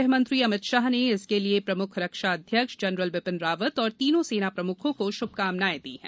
गृहमंत्री अमित शाह ने इसके लिए प्रम्ख रक्षा अध्यक्ष जनरल बिपिन रावत और तीनों सेना प्रम्खों को श्भकामनाएं दी हैं